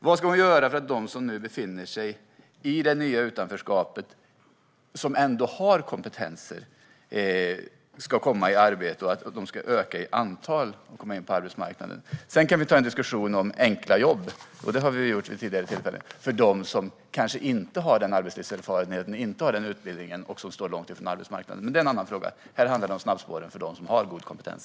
Vad ska hon göra för att de som befinner sig i det nya utanförskapet, men som har kompetens, ska komma i arbete? Och vad ska hon göra för att antalet som kommer in på arbetsmarknaden ska öka? Vi kan visst ha en diskussion om enkla jobb, vilket vi har haft vid tidigare tillfällen, för dem som kanske inte har arbetslivserfarenhet eller utbildning och står långt ifrån arbetsmarknaden. Det är dock en annan fråga. Nu handlar det om snabbspåren och dem med god kompetens.